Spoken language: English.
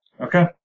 Okay